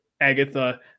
agatha